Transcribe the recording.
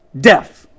death